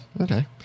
Okay